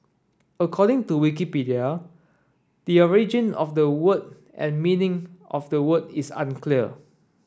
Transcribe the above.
according to Wikipedia the origin of the word and meaning of the word is unclear